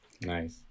Nice